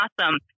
awesome